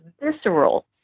visceral